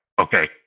okay